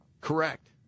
Correct